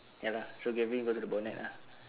ya lah so galvin go to the bonnet lah